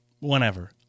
whenever